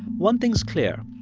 one thing's clear.